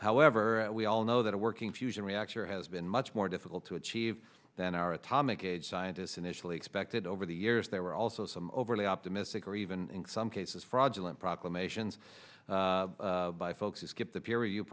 however we all know that a working fusion reactor has been much more difficult to achieve than our atomic age scientists initially expected over the years there were also some overly optimistic or even some cases fraudulent proclamations by folks who skipped the pe